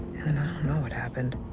and then i don't know what happened.